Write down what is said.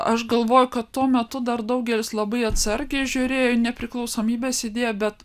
aš galvoju kad tuo metu dar daugelis labai atsargiai žiūrėjo į nepriklausomybės idėją bet